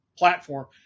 platform